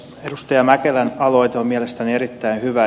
outi mäkelän aloite on mielestäni erittäin hyvä